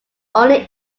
only